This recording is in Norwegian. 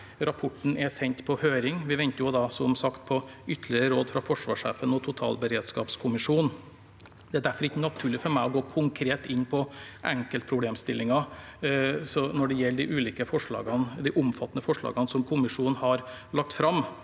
Rapporten er sendt på høring. Vi venter som sagt på ytterligere råd fra forsvarssjefen og totalberedskapskommisjonen. Det er derfor ikke naturlig for meg å gå konkret inn på enkeltproblemstillinger når det gjelder de ulike forslagene, de omfattende forslagene som kommisjonen har lagt fram.